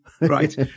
Right